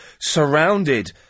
surrounded